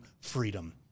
freedom